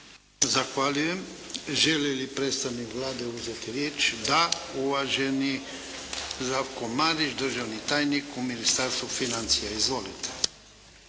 Zahvaljujem. Želi li predstavnik Vlade uzeti riječ? Da. Uvaženi Zdravko Marić, državni tajnik u Ministarstvu financija. Izvolite.